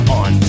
on